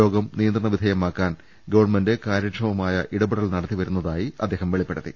രോഗം നിയന്ത്രണവിധേയമാക്കാൻ ഗവൺമെന്റ് കാര്യക്ഷമമായ ഇടപെടൽ നടത്തിവരുന്നതായി മന്ത്രി വെളിപ്പെടുത്തി